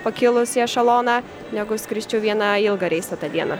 pakilus į ešeloną negu skrisčiau vieną ilgą reisą tą dieną